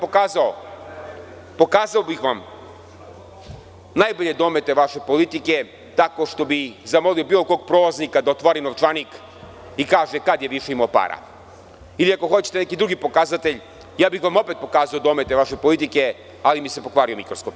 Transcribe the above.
Pokazao bih vam najbolje domete vaše politike tako što bih zamolio bilo kog prolaznika da otvori novčanik i kaže kada je više imao para ili ako hoćete neki drugi pokazatelj, opet bih vam pokazao domete vaše politike, ali mi se pokvario mikroskop.